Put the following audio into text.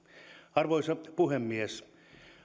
arvoisa puhemies